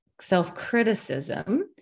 self-criticism